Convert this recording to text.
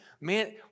man